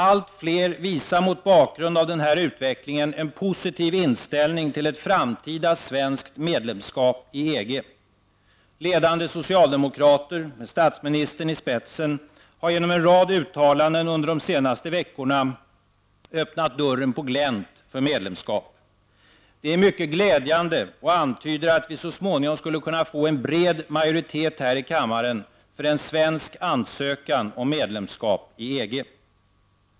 Allt fler visar mot bakgrund av den här utvecklingen en positiv inställning till ett framtida svenskt medlemskap i EG. Ledande socialdemokrater med statsministern i spetsen har genom en rad uttalanden under de senaste veckorna öppnat dörren på glänt till medlemskap. Det är mycket glädjande, och det antyder att vi så småningom skulle kunna få en bred majoritet här i kammaren för en svensk ansökan om medlemskap i EG.